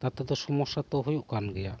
ᱛᱟᱛᱮ ᱛᱚ ᱥᱚᱢᱥᱥᱟ ᱫᱚ ᱦᱩᱭᱩᱜ ᱠᱟᱱ ᱜᱮᱭᱟ